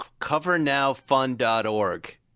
CoverNowFund.org